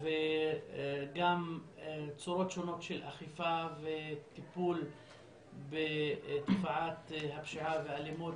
וגם צורות שונות של אכיפה וטיפול בתופעת הפשיעה והאלימות.